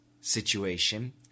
situation